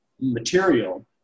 material